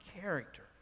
character